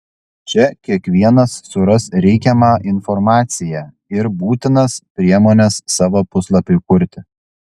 čia kiekvienas suras reikiamą informaciją ir būtinas priemones savo puslapiui kurti